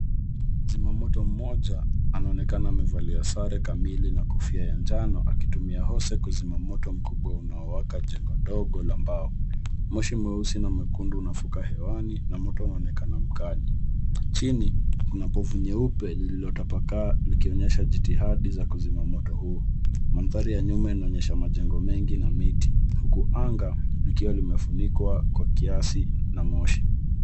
Zimamoto mmoja anaonekana amevalia sare kamili na kofia ya njano, akitumia hose kuzima moto mkubwa unaowaka jengo ndogo la mbao. Moshi mweusi na mwekundu unavuka hewani, na moto unaonekana mkali. Chini, kuna povu nyeupe lililotapakaa likionyesha jitihadi za kuzima moto huu. Mandhari ya nyuma inaonyesha majeno mengi na miti, huku anga likiwa limefunikwa kwa kiasi na moshi.